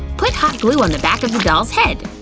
put hot glue on the back of the doll's head.